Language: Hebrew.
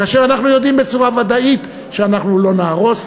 כאשר אנחנו יודעים בוודאות שאנחנו לא נהרוס,